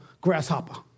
grasshopper